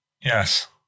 Yes